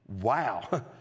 Wow